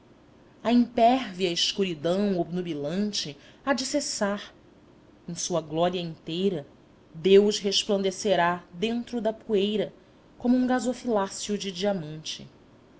a impérvia escuridão obnubilante há de cessar em sua glória inteira deus resplandecerá dentro da poeira como um gasofiláceo de diamante